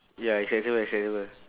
ya okay this one is acceptable